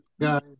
guys